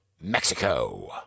Mexico